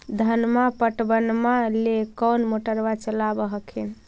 धनमा पटबनमा ले कौन मोटरबा चलाबा हखिन?